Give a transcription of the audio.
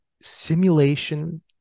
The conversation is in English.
simulation